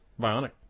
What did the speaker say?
Bionic